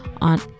on